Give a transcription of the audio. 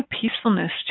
peacefulness